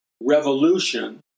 revolution